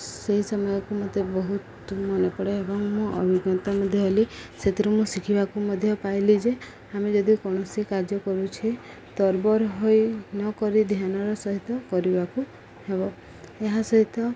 ସେହି ସମୟକୁ ମୋତେ ବହୁତ ମନେପଡ଼େ ଏବଂ ମୋ ଅଭିଜ୍ଞତା ମଧ୍ୟ ହେଲି ସେଥିରୁ ମୁଁ ଶିଖିବାକୁ ମଧ୍ୟ ପାଇଲି ଯେ ଆମେ ଯଦି କୌଣସି କାର୍ଯ୍ୟ କରୁଛେ ତରବର ହୋଇ ନକରି ଧ୍ୟାନର ସହିତ କରିବାକୁ ହେବ ଏହା ସହିତ